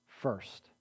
first